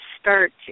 start